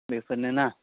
बैफोरनो ना